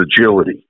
agility